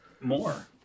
More